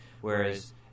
Whereas